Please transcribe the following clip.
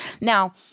Now